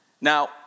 Now